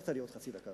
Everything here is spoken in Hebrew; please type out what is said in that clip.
הבטחת לי עוד חצי דקה.